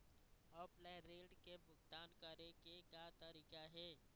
Offline ऋण के भुगतान करे के का तरीका हे?